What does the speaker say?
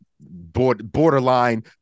borderline